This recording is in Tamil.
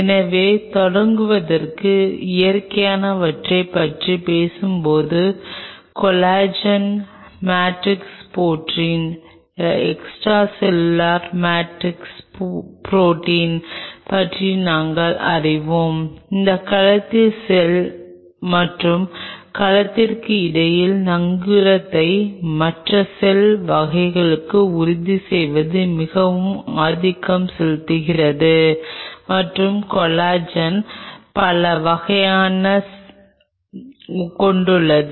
எனவே தொடங்குவதற்கு இயற்கையானவற்றைப் பற்றிப் பேசும்போது collagen matrix protein extracellular matrix protein பற்றி நாங்கள் அறிவோம் இது கலத்திற்கு செல் மற்றும் கலத்திற்கு இடையில் நங்கூரத்தை மற்ற செல் வகைகளுக்கு உறுதி செய்வதில் மிகவும் ஆதிக்கம் செலுத்துகிறது மற்றும் கொலாஜன் பல வகைகளைக் கொண்டுள்ளது